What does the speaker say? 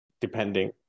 depending